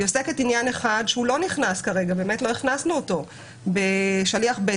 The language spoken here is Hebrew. עניין אחד לא נכנס כרגע ולא הכנסנו אותו והוא במקרה של שליח בית